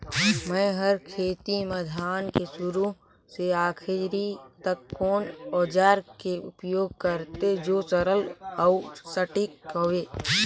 मै हर खेती म धान के शुरू से आखिरी तक कोन औजार के उपयोग करते जो सरल अउ सटीक हवे?